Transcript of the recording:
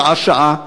שעה-שעה,